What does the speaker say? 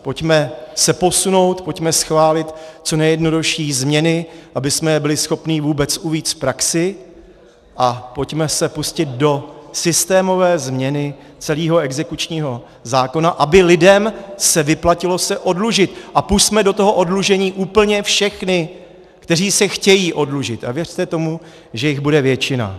Pojďme se posunout, pojďme schválit co nejjednodušší změny, abychom je byli schopni vůbec uvést v praxi, a pojďme se pustit do systémové změny celého exekučního zákona, aby lidem se vyplatilo se oddlužit, a pusťme do toho oddlužení úplně všechny, kteří se chtějí oddlužit, a věřte tomu, že jich bude většina.